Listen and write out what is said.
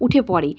উঠে পড়ে